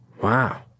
Wow